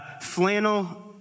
flannel